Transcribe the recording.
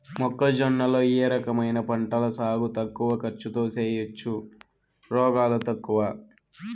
మొక్కజొన్న లో ఏ రకమైన పంటల సాగు తక్కువ ఖర్చుతో చేయచ్చు, రోగాలు తక్కువ?